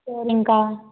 சரிங்க்கா